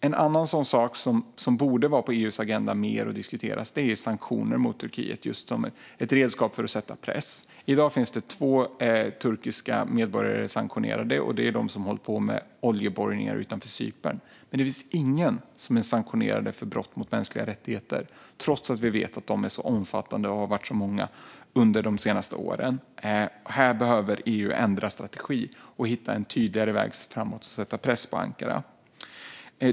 En annan sak som borde vara på EU:s agenda och diskuteras mer är sanktioner mot Turkiet, just som ett redskap för att sätta press. I dag är det två turkiska medborgare som omfattas av sanktioner; det är de som har hållit på med oljeborrningar utanför Cypern. Men ingen omfattas av sanktioner för brott mot mänskliga rättigheter, trots att vi vet att de är så omfattande och har varit så många under de senaste åren. Här behöver EU ändra strategi och hitta en tydligare väg framåt för att sätta press på Ankara.